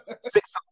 six